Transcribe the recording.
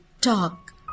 talk